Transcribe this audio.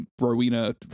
Rowena